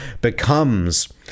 becomes